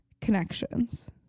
Connections